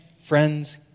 friends